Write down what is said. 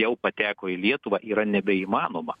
jau pateko į lietuvą yra nebeįmanoma